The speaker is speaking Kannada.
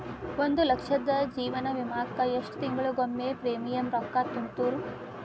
ಒಂದ್ ಲಕ್ಷದ ಜೇವನ ವಿಮಾಕ್ಕ ಎಷ್ಟ ತಿಂಗಳಿಗೊಮ್ಮೆ ಪ್ರೇಮಿಯಂ ರೊಕ್ಕಾ ತುಂತುರು?